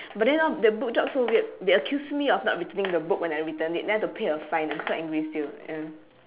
but then orh the book drop so weird they accuse me of not returning the book when I returned it then I have to pay a fine I am so angry still ya